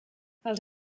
els